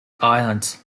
islands